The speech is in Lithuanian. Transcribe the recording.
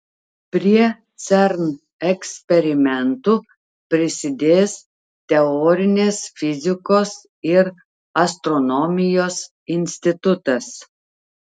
prie cern eksperimentų prisidės teorinės fizikos ir astronomijos institutas